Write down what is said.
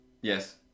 Yes